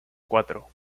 cuatro